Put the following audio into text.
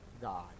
God